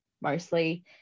mostly